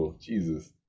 Jesus